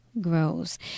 grows